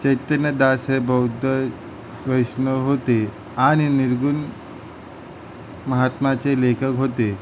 चैतन्यदास हे बौद्ध वैष्णव होते आणि निर्गुण महात्म्याचे लेखक होते